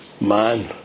man